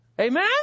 Amen